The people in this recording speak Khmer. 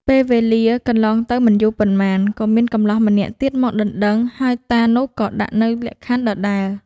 ពេលវេលាកន្លងទៅមិនយូរប៉ុន្មាន ក៏មានកម្លោះម្នាក់ទៀតមកដណ្ដឹង ហើយតានោះក៏ដាក់នូវលក្ខខណ្ឌដដែល។